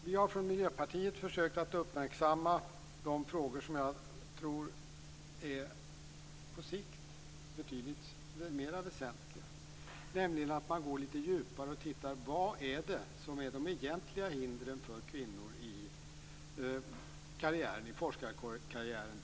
Vi har från Miljöpartiet försökt att uppmärksamma de frågor som jag tror är betydligt mer väsentliga på sikt, nämligen att man går litet djupare och tittar efter vilka de egentliga hindren är för kvinnor t.ex. i forskarkarriären.